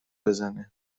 بزنه